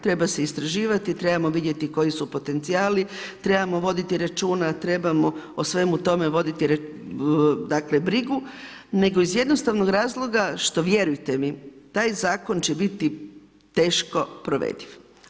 Treba se istraživati, trebamo vidjeti koji su potencijali, trebamo voditi računa, trebamo o svemu tome voditi brigu nego iz jednostavnog razloga što vjerujte mi, taj zakon će biti teško provediv.